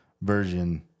version